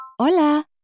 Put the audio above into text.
Hola